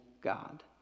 God